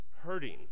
hurting